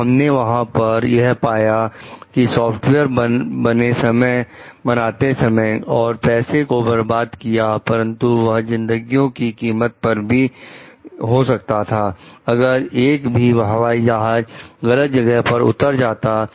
तो हमने वहां पर यह पाया कि सॉफ्टवेयर बने समय और पैसे को बर्बाद किया परंतु वह जिंदगी की कीमत पर भी हो सकता था अगर एक भी हवाई जहाज गलत जगह पर उतर जाता